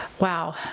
Wow